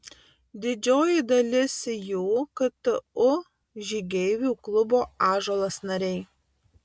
didžioji dalis jų ktu žygeivių klubo ąžuolas nariai